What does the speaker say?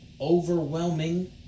overwhelming